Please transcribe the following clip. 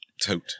Tote